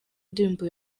ndirimbo